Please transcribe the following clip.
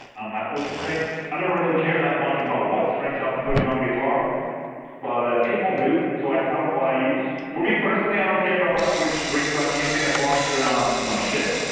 i'm happy with the strings i don't really care that much about what strings i'm putting on the guitar but people do, so i tell them what i use for me personally, i don't care that much which strings i'm using as long as they're not. you know, shit.